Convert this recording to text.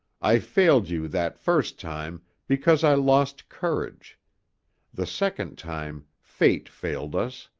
i failed you that first time because i lost courage the second time, fate failed us.